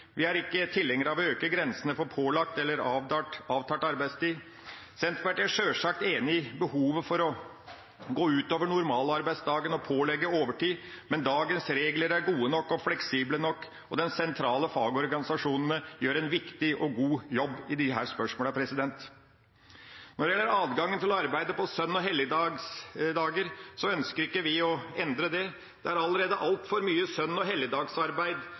vi er ikke tilhengere av å øke grensene for pålagt eller avtalt arbeidstid. Senterpartiet er sjølsagt enig i behovet for å gå utover normalarbeidsdagen og pålegge overtid, men dagens regler er gode nok og fleksible nok, og de sentrale fagorganisasjonene gjør en viktig og god jobb i disse spørsmålene. Når det gjelder adgangen til å arbeide på søn- og helligdager, ønsker ikke vi å endre det. Det er allerede altfor mye søn- og